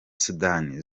sudani